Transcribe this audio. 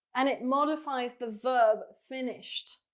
and it modifies the verb, finished.